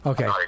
Okay